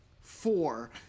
Four